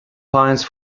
pines